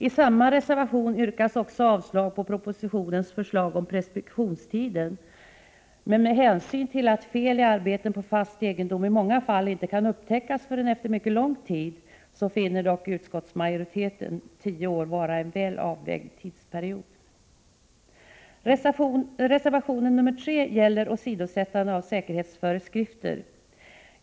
I samma reservation yrkas också avslag på propositionens förslag om preskriptionstiden. Men med hänsyn till att fel i arbete på fast egendom i många fall inte kan upptäckas förrän efter mycket lång tid, finner dock utskottsmajoriteten tio år vara en väl avvägd tidsperiod. Reservation nr 3 gäller åsidosättande av säkerhetsföreskrifter.